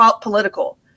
political